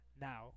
now